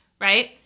right